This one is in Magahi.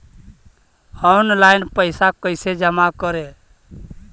ऑनलाइन पैसा कैसे जमा करे?